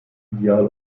ideal